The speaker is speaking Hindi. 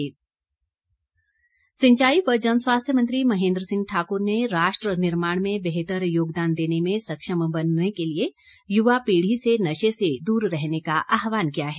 महेन्द्र सिंह सिंचाई व जनस्वास्थ्य मंत्री महेन्द्र सिंह ठाकुर ने राष्ट्र निर्माण में बेहतर योगदान देने में सक्षम बनने के लिए युवा पीढी से नशे से दूर रहने का आहवान किया है